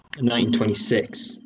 1926